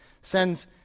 sends